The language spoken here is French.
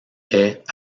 est